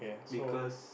because